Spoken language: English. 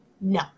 No